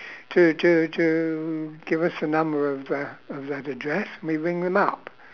to to to give us a number of the of that address and we ring them up